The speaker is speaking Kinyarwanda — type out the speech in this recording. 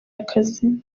akazi